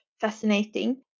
fascinating